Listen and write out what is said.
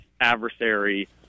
adversary